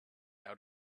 out